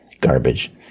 Garbage